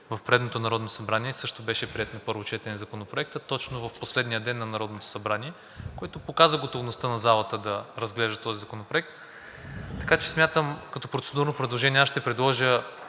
в предното Народно събрание също беше приет на първо четене Законопроектът точно в последния ден на Народното събрание, което показа готовността на залата да разглежда този законопроект, така че като процедурно предложение аз ще предложа